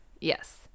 Yes